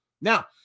Now